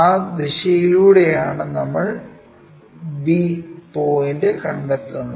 ആ ദിശയിലൂടെയാണ് നമ്മൾ b പോയിന്റ് കണ്ടെത്തുന്നത്